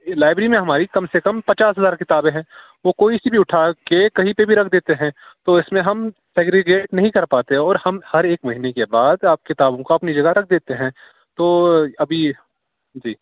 library میں ہماری کم سے کم پچاس ہزار کتابیں ہیں وہ کوئی سی بھی اٹھا کے کہیں پہ بھی رکھ دیتے ہیں تو اس میں ہم سیگریگیٹ نہیں کر پاتے اور ہر ایک مہینے کے بعد اب کتابوں کو اپنی جگہ پہ رکھ دیتے ہیں تو ابھی جی